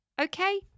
okay